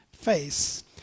face